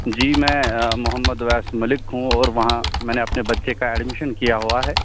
جی میں محمد راشد ملک ہوں اور وہاں میں نے اپنے بچے کا اڈمیشن کیا ہوا ہے